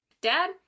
Dad